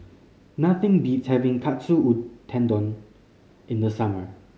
nothing beats having Katsu Tendon in the summer